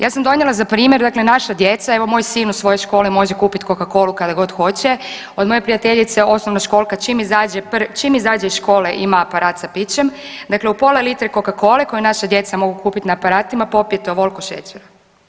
Ja sam donijela za primjer dakle naša djeca evo moj sin u svojoj školi može kupit Coca-colu kad god hoće, od moje prijateljice osnovnoškolka čim izađe iz škole ima aparat sa pićem, dakle u pola litre Coca-cole koju naša djeca mogu kupiti na aparatima popijete ovoliko šećera.